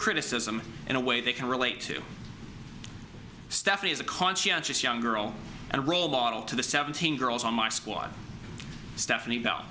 criticism in a way they can relate to stephanie as a conscientious young girl and a role model to the seventeen girls on my squad stephanie though